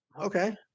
okay